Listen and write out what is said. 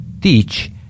teach